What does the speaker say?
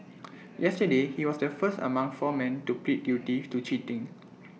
yesterday he was the first among four men to plead guilty to cheating